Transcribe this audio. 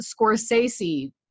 Scorsese